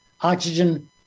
oxygen